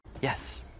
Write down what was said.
Yes